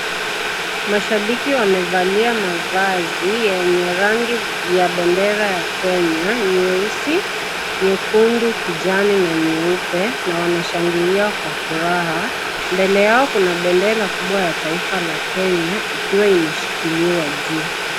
Mashabiki wamevalia mavazi, yenye rangi ya bendera ya Kenya, nyeusi, nyekundu, kijani na nyeupe na wanashangilia kwa furaha. Mbele yao kuna bendera kubwa ya taifa la Kenya, ikiwa imeshikiliwa juu.